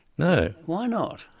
no. why not?